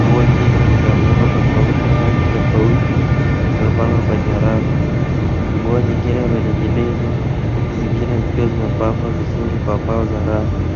Nguo nyingi za muundo tofauti na rangi tofauti, zimepangwa kwenye rafu. Nguo nyingine imening'inizwa, huku zingine zikiwa zimepangwa vizuri kwa mbao za rafu.